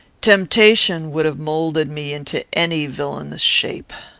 temptation would have moulded me into any villanous shape.